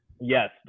Yes